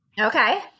Okay